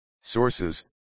Sources